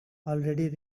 already